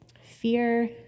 Fear